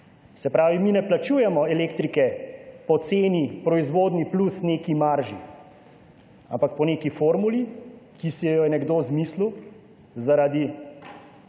Se pravi, mi ne plačujemo elektrike po ceni, proizvodnji plus neki marži, ampak po neki formuli, ki si jo je nekdo izmislil zaradi,